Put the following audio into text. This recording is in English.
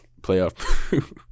playoff